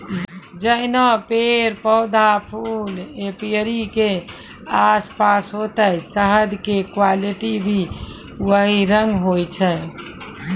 जैहनो पेड़, पौधा, फूल एपीयरी के आसपास होतै शहद के क्वालिटी भी वही रंग होय छै